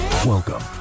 Welcome